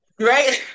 Right